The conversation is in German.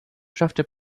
schaffte